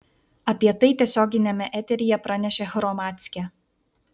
apie tai tiesioginiame eteryje pranešė hromadske